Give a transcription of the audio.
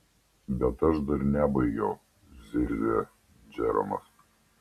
bet aš dar nebaigiau zirzė džeromas